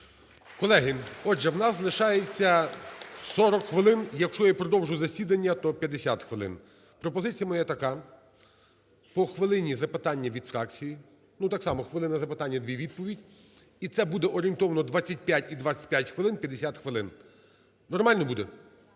отже, у нас лишається 40 хвилин, якщо є продовжу засідання, то 50 хвилин. Пропозиція моя така, по хвилині запитання від фракції, так само, хвилина запитань і дві відповідь, і це буде орієнтовно 25 і 25 хвилин – 50 хвилин. Нормально буде?